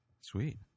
Sweet